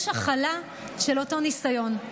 יש הכלה של אותו ניסיון.